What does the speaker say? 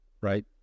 right